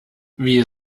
wie